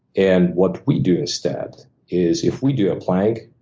and what we do instead is if we do a plank,